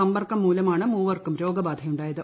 സമ്പർക്കം മൂലമാണ് മൂവർക്കും രോഗബാധയുായത്